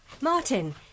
Martin